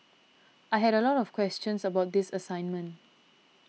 I had a lot of questions about this assignment